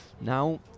Now